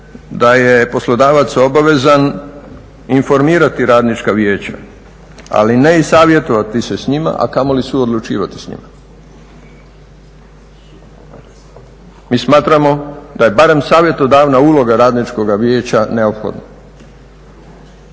da je poslodavac obavezan informirati radnička vijeća, ali ne i savjetovati se s njima, a kamoli suodlučivati s njima. Mi smatramo da je barem savjetodavna uloga radničkog vijeća neophodna,